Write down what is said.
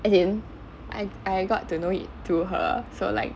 as in I I got to know it through her so like